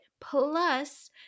Plus